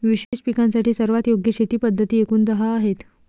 विशेष पिकांसाठी सर्वात योग्य शेती पद्धती एकूण दहा आहेत